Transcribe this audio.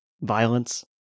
violence